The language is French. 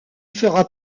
fera